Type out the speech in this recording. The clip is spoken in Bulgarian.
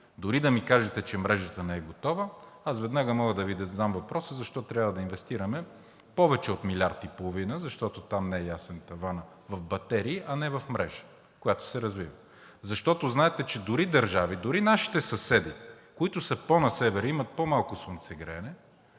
Дори да ми кажете, че мрежата не е готова, веднага мога да Ви задам въпроса: защо трябва да инвестираме повече от милиард и половина, защото там не е ясен таванът в батерии, а не в мрежа, която се развива. Защото знаете, че дори държави, дори нашите съседи, които са пό на Север, имат по-малко слънцегреене,